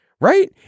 Right